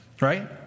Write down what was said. right